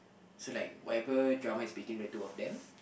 so like whatever drama is between the two of them